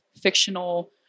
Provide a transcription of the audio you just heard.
fictional